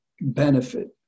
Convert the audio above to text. benefit